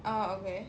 ah okay